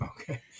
okay